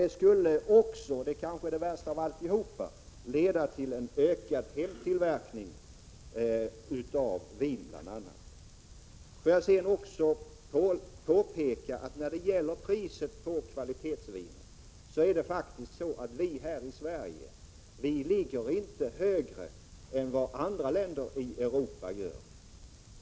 Det skulle också, vilket kanske är det värsta av allt, leda till en ökad hemtillverkning av bl.a. vin. När det gäller priset på kvalitetsviner ligger vi i Sverige inte högre än vad andra länder i Europa gör.